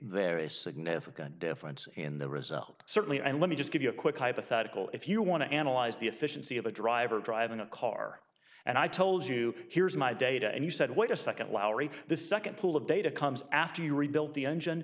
very significant difference in the result certainly and let me just give you a quick hypothetical if you want to analyze the efficiency of a driver driving a car and i told you here's my data and you said wait a second lowry this second pull of data comes after you rebuilt the engine